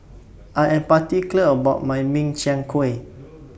I Am particular about My Min Chiang Kueh